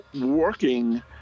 working